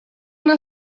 una